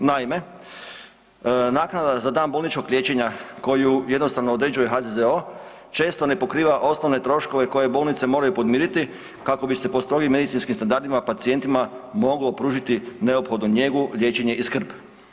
Naime, naknada za dan bolničkog liječenja koju jednostavno određuje HZZO često ne pokriva osnovne troškove koje bolnice moraju podmiriti kako bi se po strogim medicinskim standardima pacijentima moglo pružiti neophodnu njegu, liječenje i skrb.